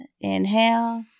Inhale